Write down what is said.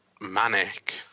manic